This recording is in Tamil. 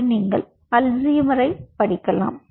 அங்கு நீங்கள் அல்சைமர் படிக்கலாம்